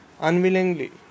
unwillingly